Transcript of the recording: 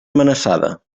amenaçada